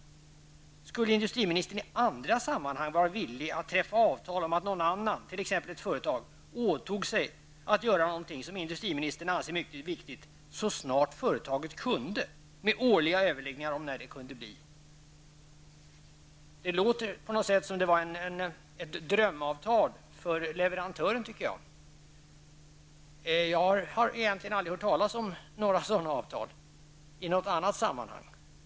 Skulle industriministern i andra sammanhang vara villig att träffa avtal om att någon annan, t.ex. ett företag, åtog sig att så snart som företaget kan det göra någonting som industriministern anser mycket viktigt, med årliga överläggningar om när det kunde bli? Jag tycker att det låter som ett drömavtal för leverantören. Jag har aldrig hört talas om sådana avtal i något annat sammanhang.